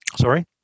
Sorry